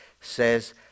says